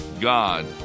god